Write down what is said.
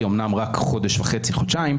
אומנם רק חודש וחצי-חודשיים,